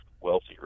wealthier